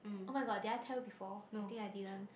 oh-my-god did I tell you before I think I didn't